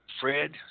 Fred